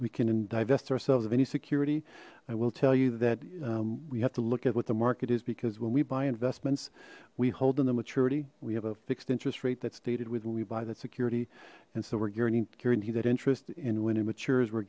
we can in divest ourselves of any security i will tell you that we have to look at what the market is because when we buy investments we hold in the maturity we have a fixed interest rate that stated with when we buy that security and so we're guaranteeing that interest in when it matures were